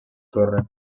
torre